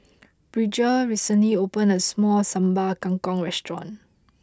Bridger recently opened a new Sambal Kangkong restaurant